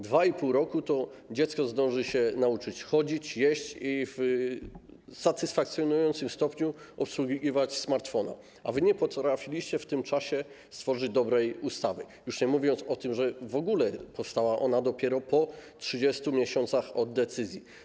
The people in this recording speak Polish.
2,5 roku to dziecko zdąży się nauczyć chodzić, jeść i w satysfakcjonującym stopniu obsługiwać smartfona, a wy nie potrafiliście w tym czasie stworzyć dobrej ustawy, już nie mówiąc o tym, że powstała ona dopiero po 30 miesiącach od decyzji.